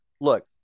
Look